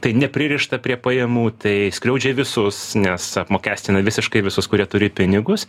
tai nepririšta prie pajamų tai skriaudžia visus nes apmokestina visiškai visus kurie turi pinigus